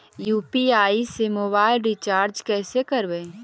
UPI से mobile recharge कैसे करबइ?